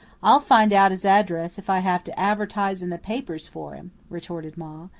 i'll find out his address if i have to advertise in the papers for him, retorted ma.